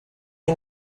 est